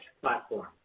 platform